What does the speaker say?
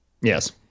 Yes